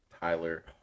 tyler